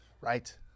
Right